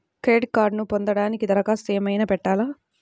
Credit కార్డ్ను పొందటానికి దరఖాస్తు ఏమయినా పెట్టాలా?